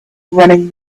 running